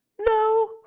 No